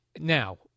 Now